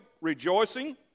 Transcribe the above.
rejoicing